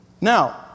Now